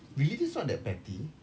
really that's not that petty